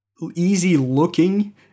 easy-looking